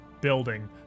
building